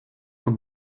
for